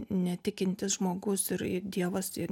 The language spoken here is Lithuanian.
netikintis žmogus ir dievas ir